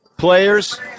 Players